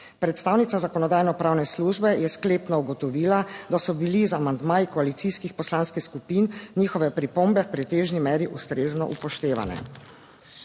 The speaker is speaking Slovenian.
Predstavnica Zakonodajno-pravne službe je sklepno ugotovila, da so bili z amandmaji koalicijskih poslanskih skupin njihove pripombe v pretežni meri ustrezno upoštevane.